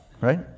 right